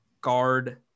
guard